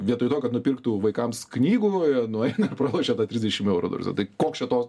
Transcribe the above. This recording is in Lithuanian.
vietoj to kad nupirktų vaikams knygų nueina pralošia tą trisdešimt eurų ta prasme tai koks čia tos